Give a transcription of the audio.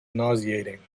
nauseating